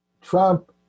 Trump